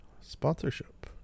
sponsorship